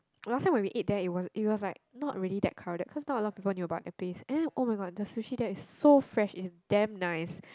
last time when we ate there it was it was like not that crowded cause now a lot of people knew about that place and then [oh]-my-god the sushi there is so fresh it damn nice